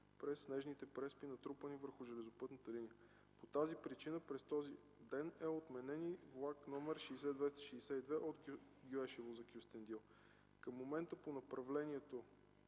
през снежните преспи, натрупани върху железопътните линии. По тази причина през този ден е отменен и влак № 60262 от Гюешево за Кюстендил. Към момента по направлението,